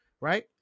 right